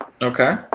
Okay